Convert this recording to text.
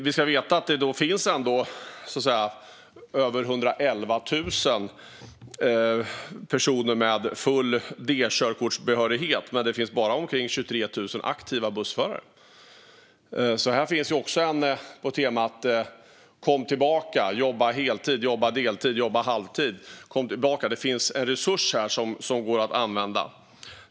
Vi ska veta att det ändå finns över 111 000 personer med B-körkortsbehörighet men bara kring 23 000 aktiva bussförare. Här finns en uppmaning på temat: Kom tillbaka, jobba heltid, jobba deltid eller halvtid! Det finns en resurs här som går att använda.